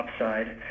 upside